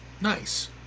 Nice